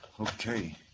Okay